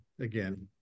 again